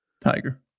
Tiger